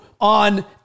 on